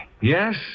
Yes